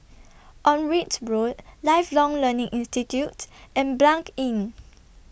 Onraet Road Lifelong Learning Institute and Blanc Inn